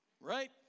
right